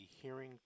hearing